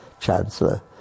chancellor